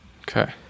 Okay